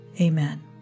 Amen